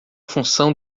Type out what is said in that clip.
função